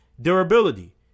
durability